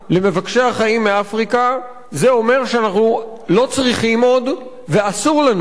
זה אומר שאנחנו לא צריכים עוד ואסור לנו לייבא יותר עובדים זרים.